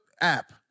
app